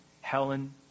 Helen